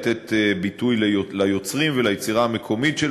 לתת ביטוי ליוצרים וליצירה המקומית של